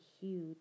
huge